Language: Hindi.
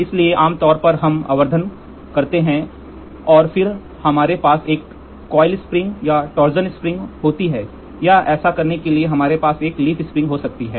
इसलिए आम तौर पर हम आवर्धन करते हैं और फिर हमारे पास एक कॉइल स्प्रिंग या टॉर्जन स्प्रिंग होती है या ऐसा करने के लिए हमारे पास एक लीफ स्प्रिंग हो सकती है